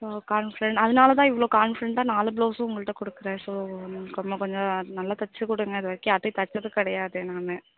confident அதனால் தான் இவ்வளோ கான்ஃபிடென்ட்டாக நாலு ப்ளௌஸும் உங்கள்கிட்ட கொடுக்கறேன் ஸோ கொஞ்சம் நல்லா தைச்சுக் கொடுங்க இது வரைக்கும் யார்ட்டியும் தைச்சது கிடையாது நான்